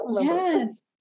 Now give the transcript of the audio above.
Yes